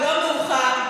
לא מאוחר,